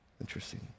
Interesting